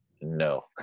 No